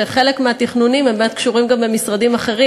שחלק מהתכנונים באמת קשורים גם במשרדים אחרים,